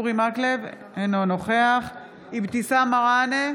אינו נוכח אבתיסאם מראענה,